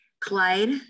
Clyde